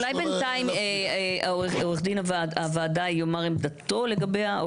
אולי בנתיים עורך דין הוועדה יאמר עמדתו לגביה?